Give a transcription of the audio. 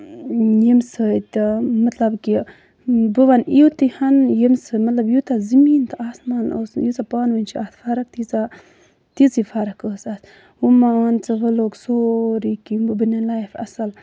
ییٚمہِ سۭتۍ تہِ مطلب کہِ بہٕ وَنہٕ یُتُے ۂنۍ ییٚمہِ سۭتۍ مطلب یوٗتاہ زٔمیٖن تہٕ آسمان اوس ییٖژہ پانہٕ ؤنۍ چھِ اَتھ فرق تیٖژہ تیٖژٕے فرق ٲسۍ اَتھ مان ژٕ وۄنۍ لوٚگ سورٕے کیٚنٛہہ وۄنۍ بَنے لایف اَصٕل